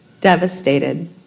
devastated